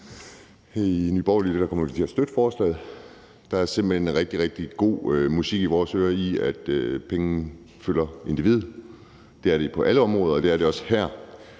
I Nye Borgerlige kommer vi til at støtte forslaget. Det er simpelt hen rigtig, rigtig sød musik i vores ører, at pengene skal følge individet. Det er det på alle områder, og det er det også her.